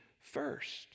first